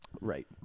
Right